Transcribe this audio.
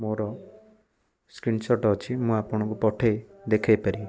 ମୋର ସ୍କ୍ରିନ୍ସଟ୍ ଅଛି ମୁଁ ଆପଣଙ୍କୁ ପଠାଇ ଦେଖାଇ ପାରିବି